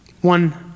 One